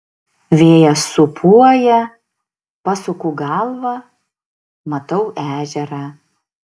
vėjas sūpuoja pasuku galvą matau ežerą